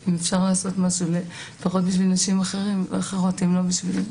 אם אפשר לעשות משהו לפחות בשביל נשים אחרות אם לא בשבילי.